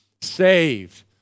saved